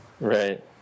Right